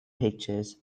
pictures